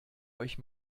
euch